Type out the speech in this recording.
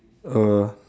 uh